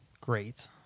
great